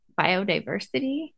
biodiversity